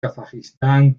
kazajistán